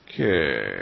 Okay